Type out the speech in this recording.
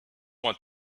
want